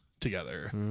together